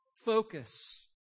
Focus